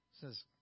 says